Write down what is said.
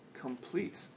complete